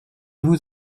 vous